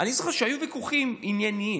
אני זוכר שהיו ויכוחים ענייניים.